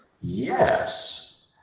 Yes